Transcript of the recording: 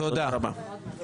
תודה רבה.